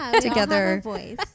together